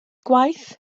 gwaith